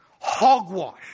Hogwash